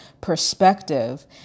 perspective